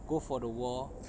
go for the war